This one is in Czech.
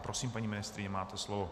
Prosím, paní ministryně, máte slovo.